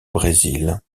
brésil